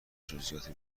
جزییات